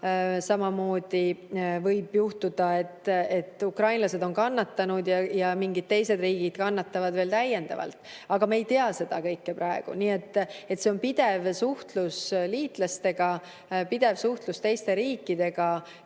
samamoodi juhtuda, et ukrainlased on kannatanud ja mingid teised riigid kannatavad veel täiendavalt. Aga me ei tea seda kõike praegu. Nii et see on pidev suhtlus liitlastega, pidev suhtlus teiste riikidega.